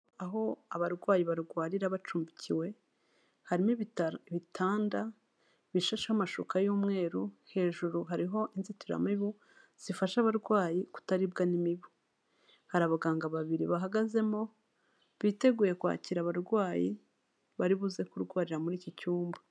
Aho abarwayi barwarira bacumbikiwe, harimo ibitanda bishasheho amashuka y'umweru, hejuru hariho inzitiramibu zifasha abarwayi kutaribwa n'imibu, hari abaganga babiri bahagazemo biteguye kwakira abarwayi bari buze kurwarira muri iki cyumba.